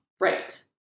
Right